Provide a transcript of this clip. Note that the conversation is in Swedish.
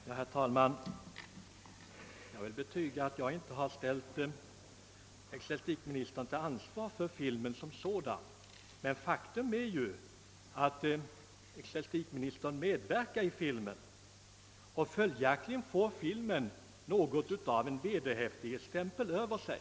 Herr talman! Jag vill naturligtvis inte ställa ecklesiastikministern till ansvar för filmen som sådan. Men faktum är ju att ecklesiastikministern medverkar i filmen, och därmed får kanske filmen något av en vederhäftighetsstämpel över sig.